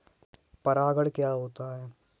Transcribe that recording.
परागण क्या होता है?